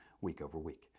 week-over-week